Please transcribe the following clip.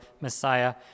Messiah